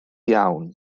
iawn